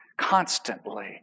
constantly